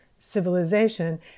civilization